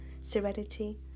serenity